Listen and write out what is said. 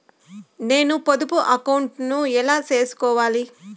నేను పొదుపు అకౌంటు ను ఎలా సేసుకోవాలి?